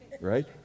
right